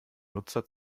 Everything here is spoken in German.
nutzer